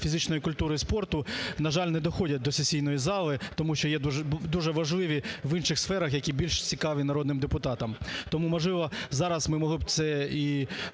фізичної культури і спорту, на жаль, не доходять до сесійної зали, тому що є дуже важливі в інших сферах, які більш цікаві народним депутатам. Тому, можливо, зараз ми могли б це і